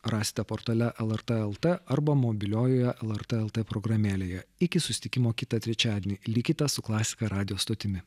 rasite portale lrt lt arba mobiliojoje lrt programėlėje iki susitikimo kitą trečiadienį likite su klasika radijo stotimi